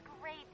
great